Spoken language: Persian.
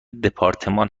دپارتمان